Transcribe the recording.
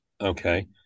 Okay